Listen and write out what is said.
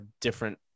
different